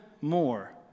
more